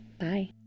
Bye